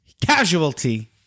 casualty